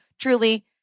truly